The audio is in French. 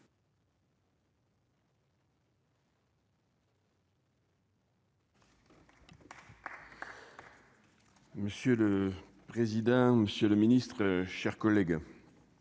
Monsieur le. Président, monsieur le Ministre, chers collègues,